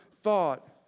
thought